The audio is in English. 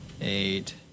eight